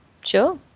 Sure